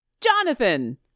Jonathan